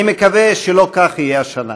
אני מקווה שלא כך יהיה השנה.